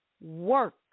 work